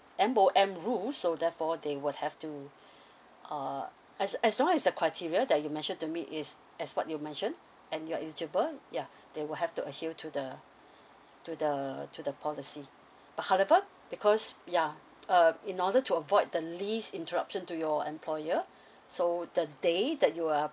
m o m rule so therefore they will have to uh as as long as the criteria that you mentioned to me is as what you mentioned and you're eligible ya they will have to adhere to the to the to the policy but however because ya uh in order to avoid the least interruption to your employer so the day that you are